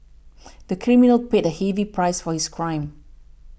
the criminal paid a heavy price for his crime